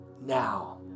now